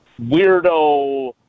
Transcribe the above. weirdo